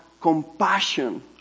compassion